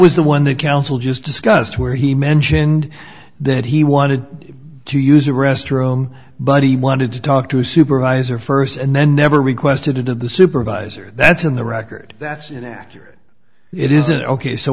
was the one the counsel just discussed where he mentioned that he wanted to use a restroom but he wanted to talk to a supervisor first and then never requested it of the supervisor that's in the record that's inaccurate it isn't ok so